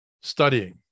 studying